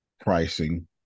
pricing